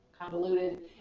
convoluted